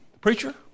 preacher